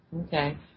Okay